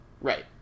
Right